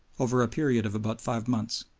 over a period of about five months.